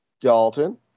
Dalton